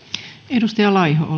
arvoisa